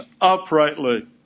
uprightly